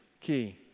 Key